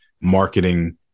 marketing